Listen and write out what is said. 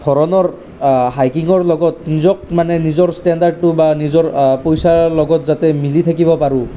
সেই ধৰণৰ হাইকিঙৰ লগত নিজক মানে নিজৰ ষ্টেণ্ডাৰ্ডটো বা নিজৰ পইচাৰ লগত যাতে মিলি থাকিব পাৰোঁ